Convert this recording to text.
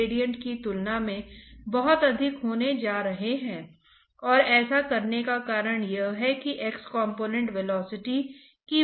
और अगर मुझे लगता है कि गुण स्थिर हैं तो यह एक बुरी धारणा नहीं है अगर मुझे लगता है कि गुण स्थिर हैं और अगर मैं इसे एक इंसोम्प्रेसिब्ल तरल मानता हूं